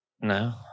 No